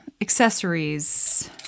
accessories